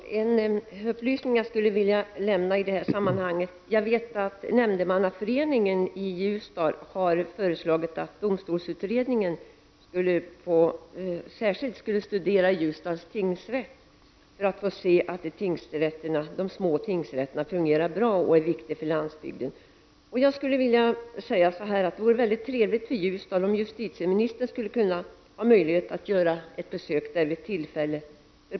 Herr talman! Jag skulle vilja lämna en upplysning i detta sammanhang. Jag vet att nämndemannaföreningen i Ljusdal har föreslagit att domstolsutredningen särskilt skulle studera Ljusdals tingsrätt för att få se att de små tingsrätterna fungerar bra och är viktiga för landsbygden. Det vore därför mycket trevligt för Ljusdal om justitieministern har möjlighet att göra ett besök där vid tillfälle.